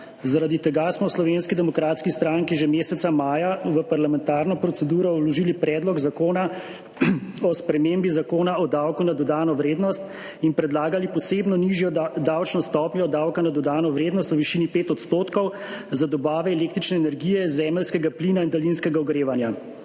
Zaradi tega smo v Slovenski demokratski stranki že meseca maja v parlamentarno proceduro vložili predlog zakona o spremembi Zakona o davku na dodano vrednost in predlagali posebno nižjo davčno stopnjo davka na dodano vrednost v višini 5 % za dobavo električne energije, zemeljskega plina in daljinskega ogrevanja.